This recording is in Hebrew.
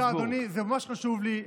בבקשה, אדוני, זה ממש חשוב לי.